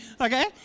okay